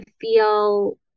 feel